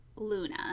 Luna